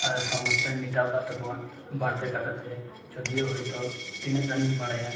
ᱥᱚᱢᱚᱥᱥᱟᱧ ᱢᱮᱴᱟᱣ ᱟᱠᱟᱫ ᱛᱟᱠᱚᱣᱟ ᱵᱟᱨ ᱯᱮ ᱠᱟᱛᱷᱟ ᱛᱮ ᱡᱳᱫᱤᱭᱳ ᱦᱳᱭᱛᱳ ᱛᱤᱱᱟᱹᱜ ᱜᱟᱱᱤᱧ ᱵᱟᱲᱟᱭᱟ